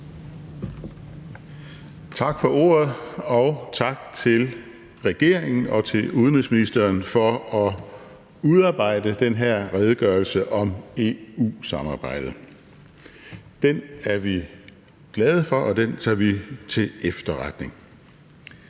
Tak for ordet, og tak til regeringen og til udenrigsministeren for at udarbejde den her redegørelse om EU-samarbejdet. Den er vi glade for, og den tager vi til efterretning.